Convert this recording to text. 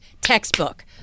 Textbook